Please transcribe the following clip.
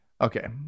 Okay